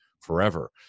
forever